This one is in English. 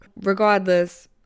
regardless